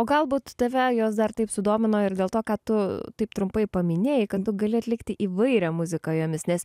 o galbūt tave jos dar taip sudomino ir dėl to kad tu taip trumpai paminėjai kad tu gali atlikti įvairią muziką jomis nes